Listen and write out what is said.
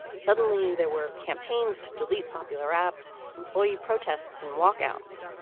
suddenly there were campaigns to delete popular apps, employee protests and walkouts.